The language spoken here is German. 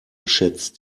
schätzt